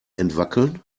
entwackeln